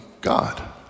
God